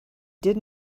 did